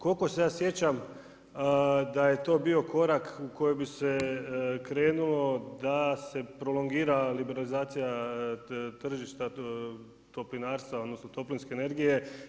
Koliko se ja sjećam, da je to bio korak u koji bi se krenulo da se prolongira liberalizacija tržišta toplinarstva, odnosno toplinske energije.